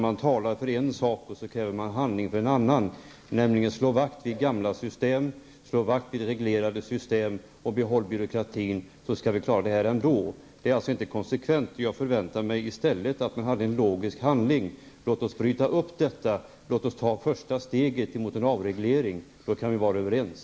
Han talar för en sak och kräver handling för en annan, nämligen att man skall slå vakt om gamla reglerande system och byråkrati, sedan skall vi klara detta ändå. Det är inte konsekvent. Jag skulle förvänta mig att man handlade logiskt. Låt oss bryta upp detta och ta första steget mot en avreglering! Då kan vi vara överens.